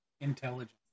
intelligence